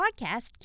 podcast